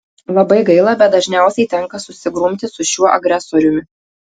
labai gaila bet dažniausiai tenka susigrumti su šiuo agresoriumi